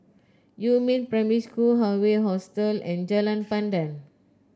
Yumin Primary School Hawaii Hostel and Jalan Pandan